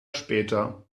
später